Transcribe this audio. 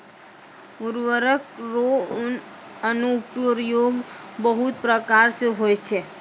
उर्वरक रो अनुप्रयोग बहुत प्रकार से होय छै